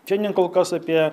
šiandien kol kas apie